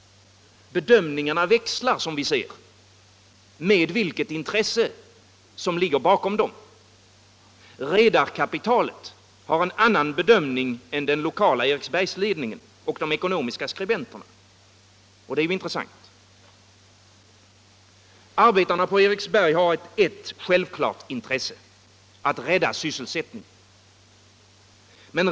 Bedömningarna växlar, som vi ser, med vilket intresse som ligger bakom dem. Redarkapitalet har en annan bedömning än den lokala Eriksbergsledningen och de ekonomiska skribenterna. Detta är intressant. Arbetarna på Eriksberg har ett självklart intresse: att rädda sysselsättningen.